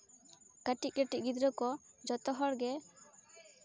ᱠᱟᱹᱴᱤᱡ ᱠᱟᱹᱴᱤᱡ ᱜᱤᱫᱽᱨᱟᱹ ᱠᱚ ᱡᱚᱛᱚ ᱦᱚᱲᱜᱮ